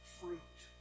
fruit